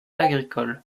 agricoles